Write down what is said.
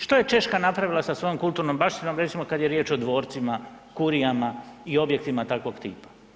Što je Češka napravila sa svojom kulturnom baštinom, recimo kada je riječ o dvorcima, kurijama i objektima takvog tipa?